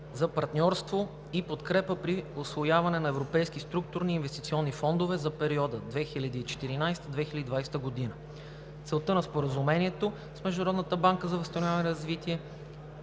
за партньорство и подкрепа при усвояване на европейските структурни и инвестиционни фондове за периода 2014 – 2020 г. Той добави, че целта на Споразумението е Международната банка за възстановяване и развитие